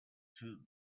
too